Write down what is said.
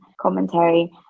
commentary